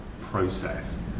process